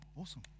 awesome